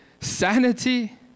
sanity